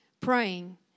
Praying